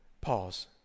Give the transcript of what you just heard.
pause